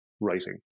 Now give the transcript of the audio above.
writing